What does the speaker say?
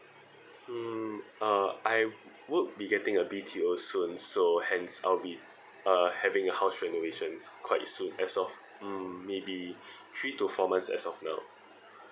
hmm uh I would be getting a B_T_O soon so hence I'll be uh having a house renovation quite soon as of mm maybe three to four months as of now